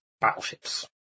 battleships